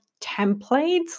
templates